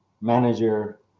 manager